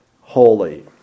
holy